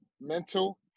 mental